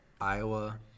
Iowa